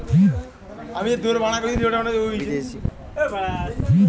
বিদেশি নিয়ম অনুযায়ী যেই ট্যাক্স গুলা দিতে হতিছে